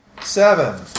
Seven